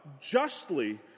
justly